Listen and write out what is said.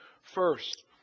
first